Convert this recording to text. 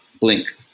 blink